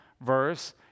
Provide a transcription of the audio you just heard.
verse